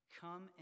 Come